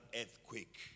earthquake